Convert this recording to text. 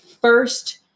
first